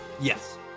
Yes